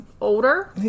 older